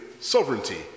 sovereignty